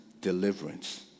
deliverance